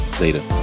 Later